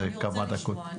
אני רוצה לשמוע.